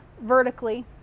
vertically